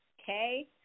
okay